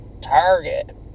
Target